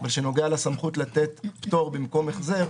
במה שנוגע לסמכות לתת פטור במקום החזר.